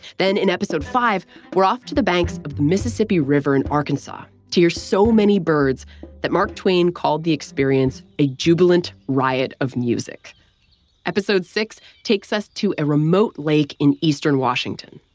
then in episode five we're off to the banks of the mississippi river in arkansas to hear so many birds that mark twain called the experience a jubilant riot of music episode six takes us to a remote lake in eastern washington.